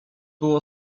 było